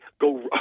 Go